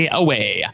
away